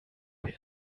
wir